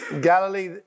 Galilee